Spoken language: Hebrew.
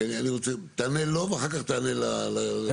אני רוצה, תענה לו ואחר כך תענה ל-49(ז).